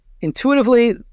intuitively